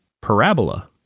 Parabola